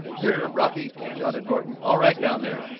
here, brocky! shouted norton. all right down there?